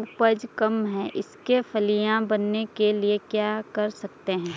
उपज कम है इसके फलियां बनने के लिए क्या कर सकते हैं?